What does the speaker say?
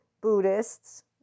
Buddhists